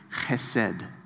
chesed